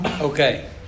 Okay